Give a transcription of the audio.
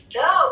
no